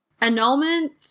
annulment